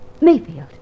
Mayfield